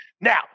Now